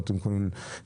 מה אתם מתכוננים להסביר?